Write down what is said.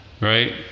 right